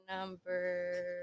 number